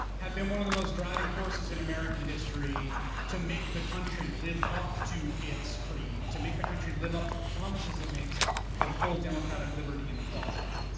have been one of the most driving forces in american history to make the country live up to its creed. to make the country live up to the promises it makes of full democratic liberty and equality,